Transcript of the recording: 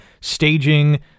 staging